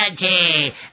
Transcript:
energy